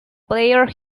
player